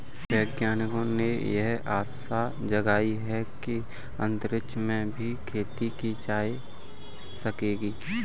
वैज्ञानिकों ने यह आशा जगाई है कि अंतरिक्ष में भी खेती की जा सकेगी